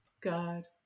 God